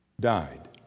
died